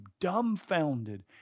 dumbfounded